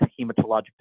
hematologic